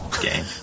game